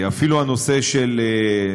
אפילו הנושא של,